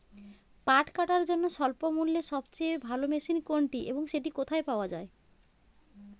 পাট কাটার জন্য স্বল্পমূল্যে সবচেয়ে ভালো মেশিন কোনটি এবং সেটি কোথায় পাওয়া য়ায়?